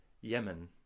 Yemen